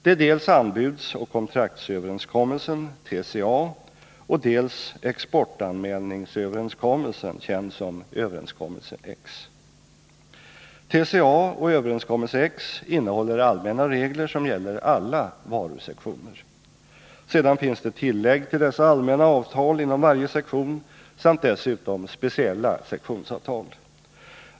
Det är dels Anbudsoch kontraktsöverenskommelsen , dels Exportanmälningsöverenskommelsen, känd som överenskommelse X. TCA och Överenskommelse X innehåller allmänna regler som gäller alla varusektioner. Sedan finns det tillägg till dessa allmänna avtal inom varje sektion samt dessutom speciella sektionsavtal.